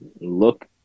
look